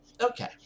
okay